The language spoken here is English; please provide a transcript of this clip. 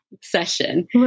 session